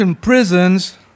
prisons